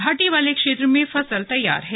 घाटी वाले क्षेत्र में फसल तैयार है